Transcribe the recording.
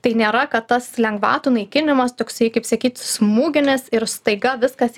tai nėra kad tas lengvatų naikinimas toksai kaip sakyt smūginis ir staiga viskas